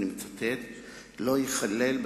"לא ייכלל,